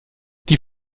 die